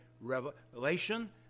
revelation